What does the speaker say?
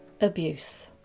abuse